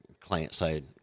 client-side